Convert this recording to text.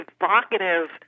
evocative